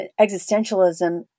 existentialism